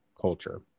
culture